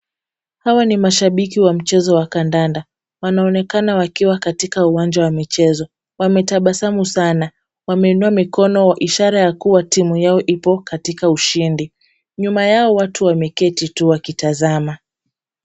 Hawa ni mashabiki wa mchezo wa kandanda, wanaonekana wakiwa katika uwanja wa michezo. Wametabasamu sana, wameinua mikono ishara ya kuwa timu yao ipo katika ushindi. Nyuma yao watu wameketi tu wakitazama.